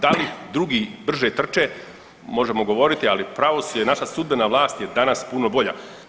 Da li drugi brže trče, možemo govoriti, ali pravosuđe i naša sudbena vlast je danas puno bolja.